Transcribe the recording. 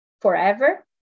forever